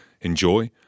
enjoy